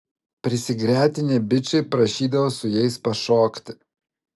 prisigretinę bičai prašydavo su jais pašokti